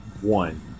One